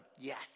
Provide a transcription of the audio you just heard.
Yes